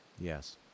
Yes